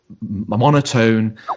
monotone